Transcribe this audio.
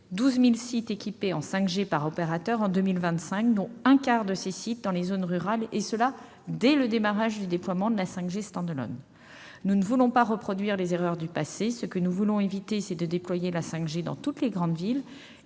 12 000 sites équipés en 5G par opérateur en 2025, dont un quart dans les zones rurales, dès le démarrage du déploiement de la 5G intégrale, ou. Nous ne voulons pas reproduire les erreurs du passé ; nous voulons éviter de déployer la 5G dans toutes les grandes villes,